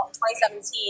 2017